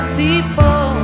people